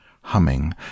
humming